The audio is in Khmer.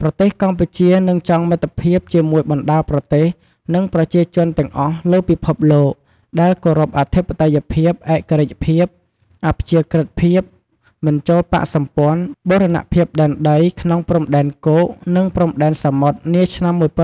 ប្រទេសកម្ពុជានឹងចងមិត្តភាពជាមួយបណ្តាប្រទេស និងប្រជាជនទាំងអស់លើពិភពលោក ដែលគោរពអធិបតេយ្យភាព ឯករាជ្យភាព អព្យាក្រឹតភាព មិនចូលបក្សសម្ព័ន្ធ បូរណភាពដែនដីក្នុងព្រំដែនគោក និងព្រំដែនសមុទ្រនាឆ្នាំ១៩៦៩ រប